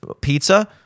pizza –